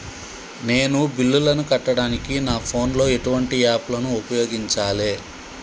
నేను బిల్లులను కట్టడానికి నా ఫోన్ లో ఎటువంటి యాప్ లను ఉపయోగించాలే?